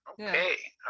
Okay